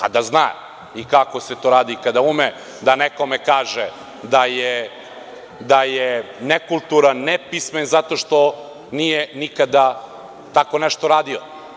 Valjda zna i kako se to radi kada ume nekome da kaže da je nekulturan, nepismen zato što nije nikada tako nešto radio?